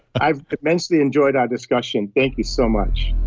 i immensely enjoyed our discussion, thank you so much